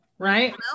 Right